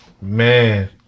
man